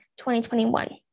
2021